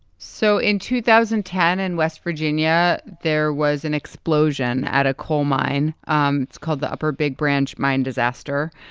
so in two thousand and ten in west virginia, there was an explosion at a coal mine um called the upper big branch mine disaster.